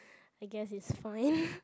I guess is fine